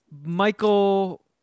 Michael